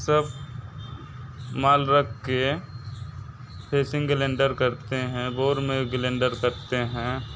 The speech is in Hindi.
सब माल रख के फेसिंग ग्लेंडर करते हैं गोर में ग्लेंडर करते हैं